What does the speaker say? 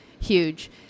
huge